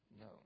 No